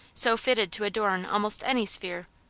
so fitted to adorn almost any sphere,